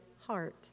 heart